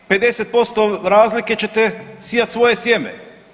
50% razlike ćete sijati svoje sjeme.